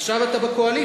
עכשיו אתה בקואליציה.